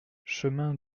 chemin